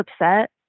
upset